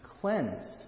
cleansed